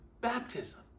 baptism